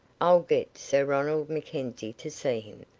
i'll get sir ronald mackenzie to see him.